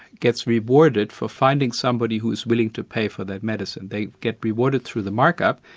gets rewarded for finding somebody who's willing to pay for that medicine. they get rewarded through the mark-up,